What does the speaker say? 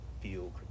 feel